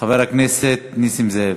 חבר הכנסת נסים זאב.